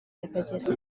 y’akagera